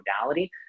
modality